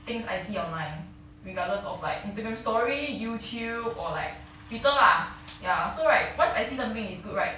things I see online regardless of like instagram story youtube or like twitter lah ya so right once I see something is good right